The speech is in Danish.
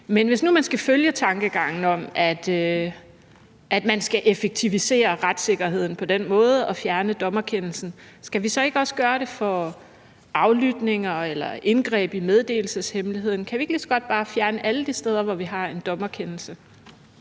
Men hvis nu man skal følge tankegangen om, at man skal effektivisere retssikkerheden på den måde og fjerne dommerkendelsen, skal vi så ikke også gøre det for aflytninger eller indgreb i meddelelseshemmeligheden? Kan vi ikke lige så godt bare fjerne alle de steder, hvor vi har en dommerkendelse?